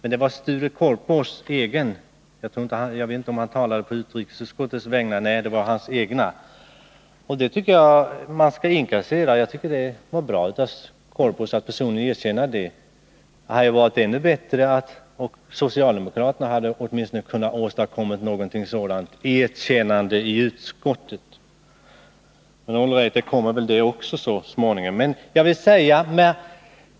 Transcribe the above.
När Sture Korpås sade detta talade han inte på utrikesutskottets vägnar, utan det var hans egen uppfattning. Jag tycker emellertid att detta skall inkasseras. Det var bra gjort av Sture Korpås att erkänna det. Det hade varit ännu bättre om socialdemokraterna hade kunnat åstadkomma åtminstone ett sådant erkännande i utskottet. All right, det kommer väl det också så småningom.